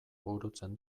burutzen